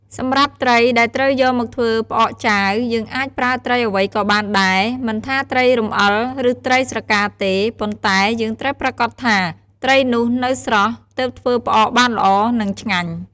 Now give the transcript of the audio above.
សម្រាប់ត្រីដែលត្រូវយកមកធ្វើផ្អកចាវ យើងអាចប្រើត្រីអ្វីក៏បានដែរ មិនថាត្រីរំអិល ឬ ត្រីស្រកាទេ ប៉ុន្តែ យើងត្រូវប្រាកដថា ត្រីនោះនៅស្រស់ ទើបធ្វើផ្អកបានល្អ និងឆ្ងាញ់។